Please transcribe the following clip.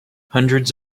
hundreds